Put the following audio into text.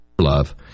love